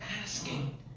asking